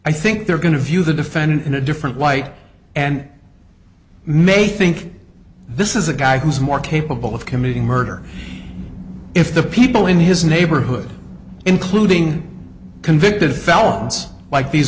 i think they're going to view the defendant in a different light and may think this is a guy who's more capable of committing murder if the people in his neighborhood including convicted felons like these